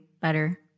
better